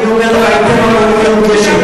אני אומר לך: הייתם אמורים להיות גשר.